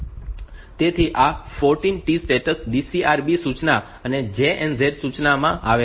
તેથી આ 14 T status DCR B સૂચના અને JNZ સૂચનામાંથી આવે છે